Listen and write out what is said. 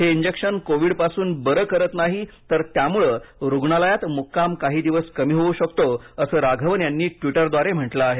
हे injection covid पासून बरे करत नाही तर त्यामुळे रुग्णालयात मुक्काम काही दिवस कमी होऊ शकतो असं राघवन यांनी ट्वीटरद्वारे म्हटलं आहे